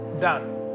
done